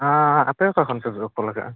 ᱦᱮᱸ ᱟᱯᱮ ᱚᱠᱟ ᱠᱷᱚᱱ ᱯᱮ ᱞᱟᱠᱟᱜᱼᱟ